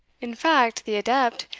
in fact, the adept,